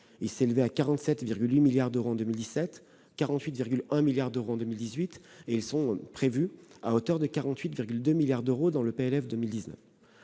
Ils s'élevaient à 47,8 milliards d'euros en 2017, à 48,1 milliards d'euros en 2018 et ils sont fixés à 48,2 milliards d'euros dans le projet